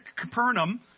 Capernaum